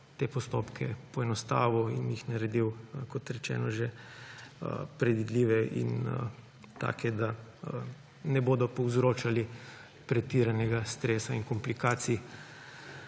te postopke poenostavil in jih naredil, kot že rečeno, predvidljive in take, da ne bodo povzročali pretiranega stresa in komplikacij